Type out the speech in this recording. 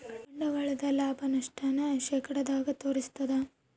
ಬಂಡವಾಳದ ಲಾಭ, ನಷ್ಟ ನ ಶೇಕಡದಾಗ ತೋರಿಸ್ತಾದ